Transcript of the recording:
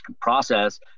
process